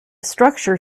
structure